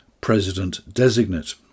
president-designate